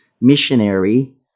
missionary